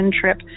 trip